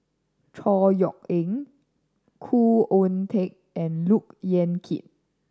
Chor Yeok Eng Khoo Oon Teik and Look Yan Kit